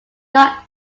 not